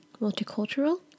multicultural